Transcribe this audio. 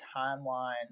timeline